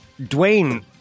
Dwayne